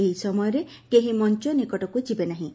ଏହି ସମୟରେ କେହି ମଞ୍ ନିକଟକୁ ଯିବେ ନାହିଁ